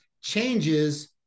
changes